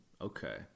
Okay